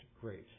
great